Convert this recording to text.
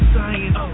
science